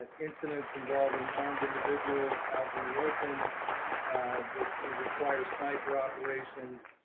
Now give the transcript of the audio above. ah incidents involving armed individuals out in the open they would require sniper operations.